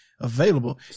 Available